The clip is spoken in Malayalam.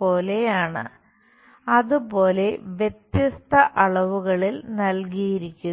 പോലെയാണ് അതുപോലെ വ്യത്യസ്ത അളവുകളിൽ നൽകിയിരിക്കുന്നു